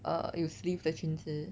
err 有 sleeve 的裙子